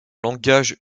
langage